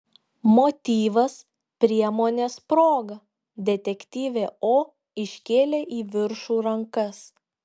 motyvas priemonės proga detektyvė o iškėlė į viršų rankas